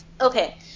Okay